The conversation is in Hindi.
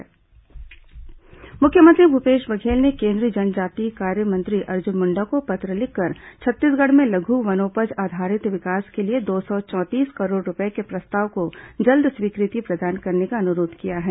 मुख्यमंत्री केंद्रीय मंत्री पत्र मुख्यमंत्री भूपेश बघेल ने केंद्रीय जनजातीय कार्य मंत्री अर्जुन मुंडा को पत्र लिखकर छत्तीसगढ़ में लघु वनोपज आधारित विकास के लिए दो सौ चौंतीस करोड़ रूपये के प्रस्ताव को जल्द स्वीकृति प्रदान करने का अनुरोध किया है